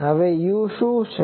હવે u શું છે